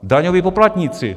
Daňoví poplatníci.